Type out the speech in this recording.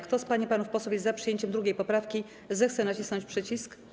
Kto z pań i panów posłów jest za przyjęciem 2. poprawki, zechce nacisnąć przycisk.